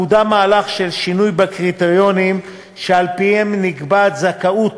קודם מהלך של שינויים בקריטריונים שעל-פיהם נקבעת זכאות